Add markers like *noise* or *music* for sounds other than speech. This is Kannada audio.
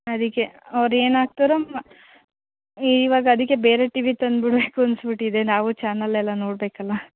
ಅದಕ್ಕೆ ಅವ್ರು ಏನು ಹಾಕ್ತಾರೋ *unintelligible* ಇವಾಗ ಅದಕ್ಕೇ ಬೇರೆ ಟಿವಿ ತಂದುಬಿಡ್ಬೇಕು ಅನಿಸ್ಬಿಟ್ಟಿದೆ ನಾವೂ ಚಾನಲೆಲ್ಲ ನೋಡಬೇಕಲ್ಲ